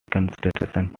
constraints